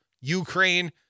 Ukraine